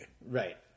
Right